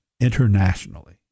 internationally